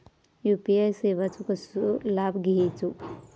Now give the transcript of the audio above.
UPI सेवाचो कसो लाभ घेवचो?